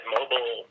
mobile